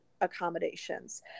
accommodations